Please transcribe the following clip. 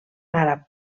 àrab